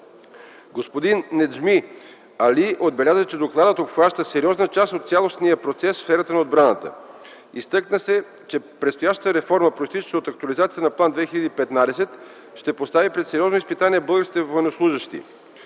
Господин Неджми Али отбеляза, че докладът обхваща сериозна част от цялостния процес в сферата на отбраната. Изтъкна се, че предстоящата реформа, произтичаща от актуализацията на План 2015 ще постави пред сериозно изпитание българските военнослужещи.